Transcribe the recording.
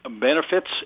benefits